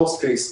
ה-Worst case.